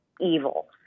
evil